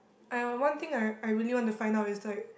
!aiya! one thing I I really want to find out is like